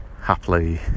Happily